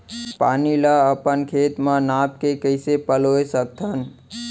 पानी ला अपन खेत म नाप के कइसे पलोय सकथन?